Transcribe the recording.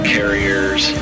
Carriers